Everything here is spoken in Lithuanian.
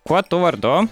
kuo tu vardu